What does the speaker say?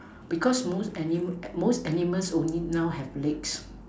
because most animals most animals only now have legs